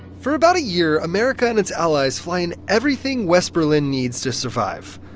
for about a year, america and its allies fly in everything west berlin needs to survive.